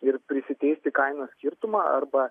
ir prisiteisti kainos skirtumą arba